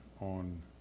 on